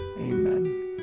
Amen